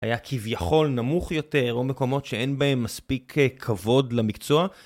היה כביכול נמוך יותר או מקומות שאין בהם מספיק כבוד למקצוע